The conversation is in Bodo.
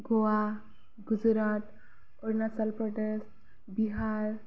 गवा गुजरात अरुणाचल प्रदेश बिहार